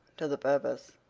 to the purpose.